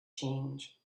change